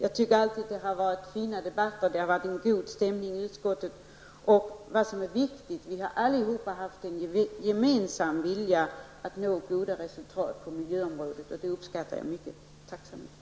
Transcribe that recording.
Jag tycker att det alltid har varit fina debatter. Det har varit en god stämning i utskottet. Vad som är viktigt: vi har alla haft en gemensam vilja att nå goda resultat på miljöområdet. Det uppskattar jag högt. Tack så mycket!